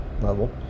level